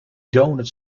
donuts